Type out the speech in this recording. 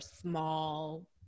small